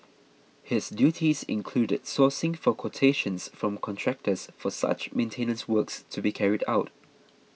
his duties included sourcing for quotations from contractors for such maintenance works to be carried out